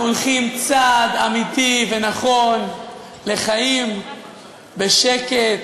אנחנו הולכים צעד אמיתי ונכון לחיים בשקט,